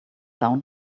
down